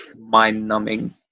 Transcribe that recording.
mind-numbing